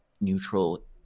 neutral